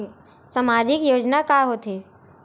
सामाजिक योजना का होथे?